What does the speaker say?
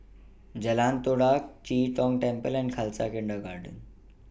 Jalan Todak Chee Tong Temple and Khalsa Kindergarten